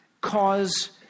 cause